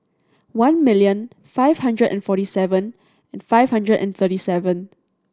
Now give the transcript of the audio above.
one million five hundred and forty seven five hundred and thirty seven